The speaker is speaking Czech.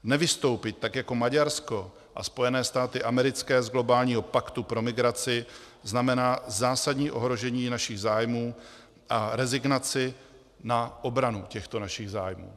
Nevystoupit tak jako Maďarsko a Spojené státy americké z globálního paktu pro migraci znamená zásadní ohrožení našich zájmů a rezignaci na obranu těchto našich zájmů.